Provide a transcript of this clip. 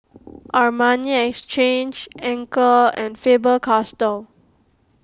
Armani Exchange Anchor and Faber Castell